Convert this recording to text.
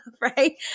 right